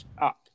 up